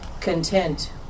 content